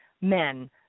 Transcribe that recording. men